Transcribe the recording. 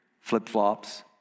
flip-flops